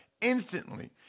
instantly